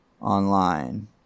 online